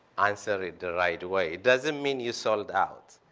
answer it the right way. doesn't mean you sold out.